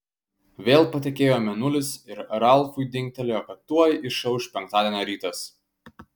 vėl patekėjo mėnulis ir ralfui dingtelėjo kad tuoj išauš penktadienio rytas